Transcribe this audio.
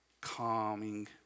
calming